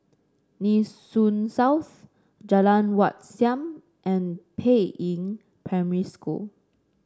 Nee Soon South Jalan Wat Siam and Peiying Primary School